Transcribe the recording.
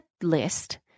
list